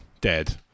Dead